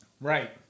Right